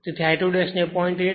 તેથી I2 ને 0